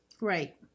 Right